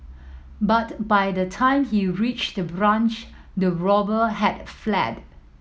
but by the time he reached the branch the robber had fled